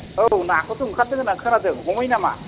औ नाखोथ' ओंखारदों होननानै खोनादों हमहैयो नामा